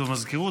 זה במזכירות,